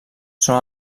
són